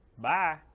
Bye